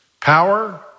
power